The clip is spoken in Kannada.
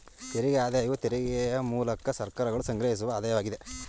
ತೆರಿಗೆ ಆದಾಯವು ತೆರಿಗೆಯ ಮೂಲಕ ಸರ್ಕಾರಗಳು ಸಂಗ್ರಹಿಸುವ ಆದಾಯವಾಗಿದೆ